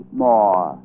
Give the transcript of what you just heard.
more